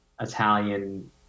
Italian